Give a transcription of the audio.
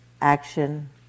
action